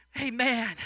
amen